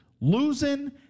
losing